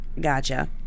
gotcha